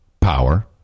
Power